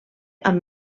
amb